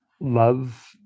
love